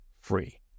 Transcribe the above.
free